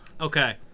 Okay